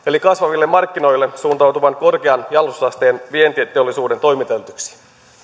eli kasvaville markkinoille suuntautuvan korkean jalostusasteen vientiteollisuuden toimintaedellytyksiin